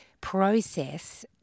process